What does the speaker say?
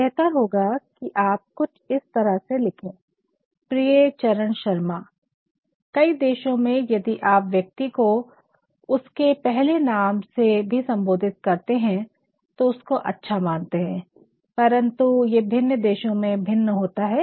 तो बेहतर होगा कि आप कुछ इस तरह लिखे प्रिये चरण शर्मा कई देशो में यदि आप व्यक्ति को उसके पहले नाम से भी सम्बोधित करे तो उसको अच्छा मानते है परन्तु ये भिन्न देशो में भिन्न होता है